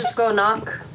so knock.